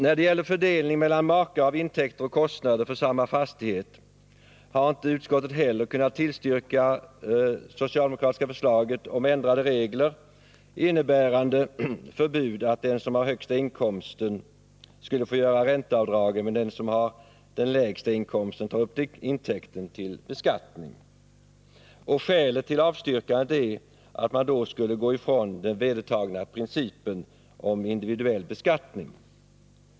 När det gäller fördelningen mellan makar av intäkter och kostnader för samma fastighet har utskottet inte heller kunnat tillstyrka det socialdemokratiska förslaget om ändrade regler, innebärande förbud mot att den som har högsta inkomsten skall få göra ränteavdragen medan den som har lägsta inkomsten tar upp intäkten. Skälet till avstyrkandet är att man då skulle gå ifrån den vedertagna principen om individuell beskattning.